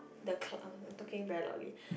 the cl~ oh I talking very loudly